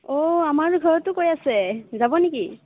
অঁ আমাৰো ঘৰতো কৈ আছে যাব নেকি